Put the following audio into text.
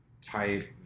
type